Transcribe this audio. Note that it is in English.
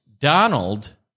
Donald